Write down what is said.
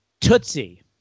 tootsie